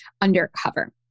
undercover